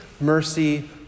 mercy